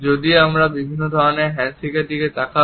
যদিও আমরা বিভিন্ন ধরণের হ্যান্ডশেকের দিকে তাকাব